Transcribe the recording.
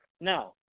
No